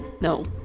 No